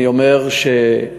אני אומר שכרגע,